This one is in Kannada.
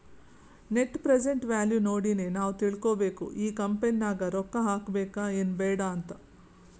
ನೆಟ್ ಪ್ರೆಸೆಂಟ್ ವ್ಯಾಲೂ ನೋಡಿನೆ ನಾವ್ ತಿಳ್ಕೋಬೇಕು ಈ ಕಂಪನಿ ನಾಗ್ ರೊಕ್ಕಾ ಹಾಕಬೇಕ ಎನ್ ಬ್ಯಾಡ್ ಅಂತ್